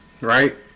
right